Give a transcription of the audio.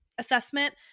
Assessment